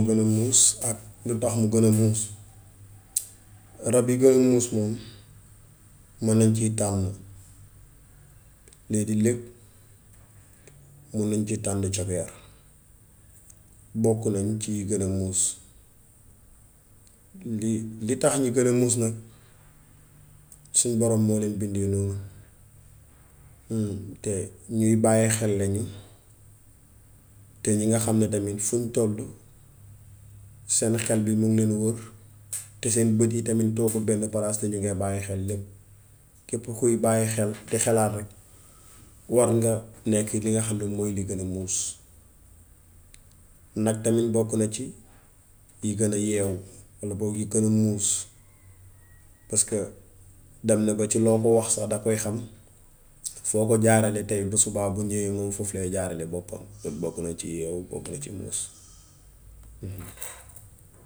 Gën a muus ak lu tax mu gën a muus. Rab wi gën a muus moom, mën nañ ci taamu lii de lëg. Mën nañ ci taamu cokeer. Bokk nañ ci yi gën a muus. Li li tax ñu gën a muus nag, suñ boroom moo leen bindee noonu, te ñuy bàyyee xel lañu, te ñi nga xam ne fuñ tollu seen xel bi miŋ len wër, te seen bët yi tam toogul benn palaas te ñi ngee bàyyi xel lépp. Képp kuy bàyyi xel, di xalaat rekk, war nga nekk li nga xam ne mooy li gën a muus. Nag tamit bokk na ci yi gën a yeewu walla book yi gën a muus paska dem ba ci loo ko wax sax da koy xam. Foo ko jaarele tay bu subaa, bu ñówee moom foofu lay jaarale boppam. Bokk na ci yi yeewu, bokk na ci yi muus.